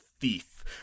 thief